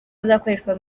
azakoreshwa